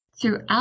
throughout